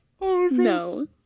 no